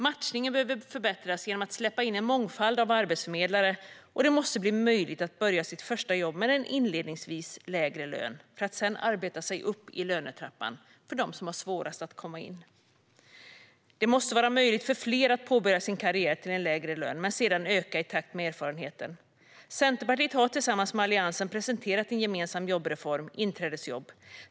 Matchningen behöver förbättras genom att släppa in en mångfald av arbetsförmedlare, och för dem som har svårast att komma in måste det bli möjligt att börja sitt första jobb med en inledningsvis lägre lön för att sedan arbeta sig uppåt i lönetrappan. Det måste vara möjligt för fler att påbörja sin karriär till en lägre lön som sedan ökar i takt med erfarenheten. Centerpartiet har tillsammans med Alliansen presenterat en gemensam jobbreform: inträdesjobb.